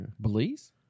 Belize